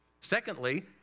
Secondly